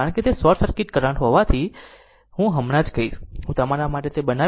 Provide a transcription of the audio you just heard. કારણ કે તે શોર્ટ સર્કિટ કરંટ હોવાથી હું હમણાં જ કહીશ હું તમારા માટે તે બનાવી રહ્યો છું